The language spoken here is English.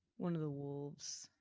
one of the wolves.